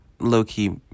low-key